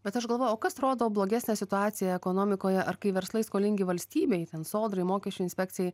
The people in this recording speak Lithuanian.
bet aš galvoju o kas rodo blogesnę situaciją ekonomikoje ar kai verslai skolingi valstybei ten sodrai mokesčių inspekcijai